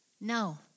No